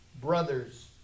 brothers